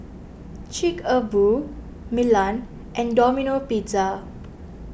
Chic A Boo Milan and Domino Pizza